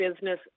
business